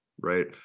right